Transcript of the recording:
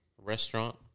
Restaurant